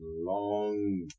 long